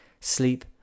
sleep